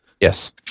Yes